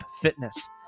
fitness